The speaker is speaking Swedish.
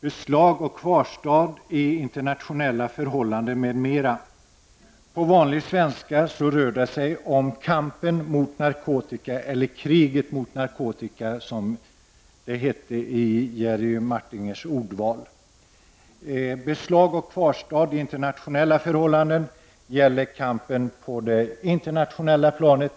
”Beslag och kvarstad i internationella förhållanden, m.m.”. På vanlig svenska rör det sig om kampen mot narkotika, eller kriget mot narkotika, som det heter i Jerry Martingers ordval. ”Beslag och kvarstad i internationella förhållanden” gäller kampen på det internationella planet.